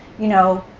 you know,